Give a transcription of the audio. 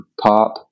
Pop